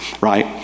right